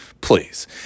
Please